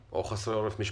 ובחיילים חסרי עורף משפחתי,